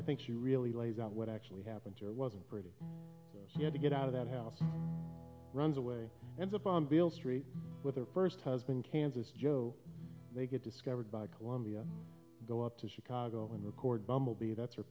i think she really lays out what actually happened to her wasn't pretty she had to get out of that house runs away and upon bill street with her first husband kansas joe they get discovered by columbia go up to chicago and record bumblebee that's her